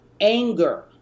anger